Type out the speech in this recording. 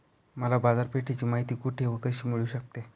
मला बाजारपेठेची माहिती कुठे व कशी मिळू शकते?